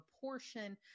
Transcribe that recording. portion